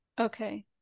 Okay